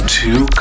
two